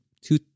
two